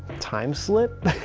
time slip?